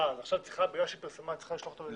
עכשיו בגלל שהיא פרסמה היא צריכה לשלוח אותו למבחנים?